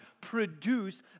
produce